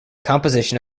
composition